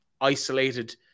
isolated